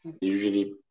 usually